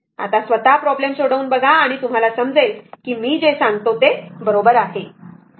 आता स्वतः प्रॉब्लेम सोडवून बघा आणि तुम्हाला समजेल की मी जे सांगतो ते बरोबर आहे